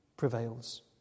prevails